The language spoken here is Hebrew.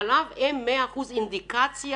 חלב אם מאה אחוזים אינדיקציה.